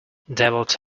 devilled